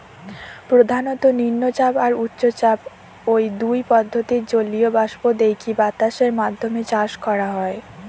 প্রধানত নিম্নচাপ আর উচ্চচাপ, ঔ দুই পদ্ধতিরে জলীয় বাষ্প দেইকি বাতাসের মাধ্যমে চাষ করা হয়